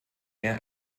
mehr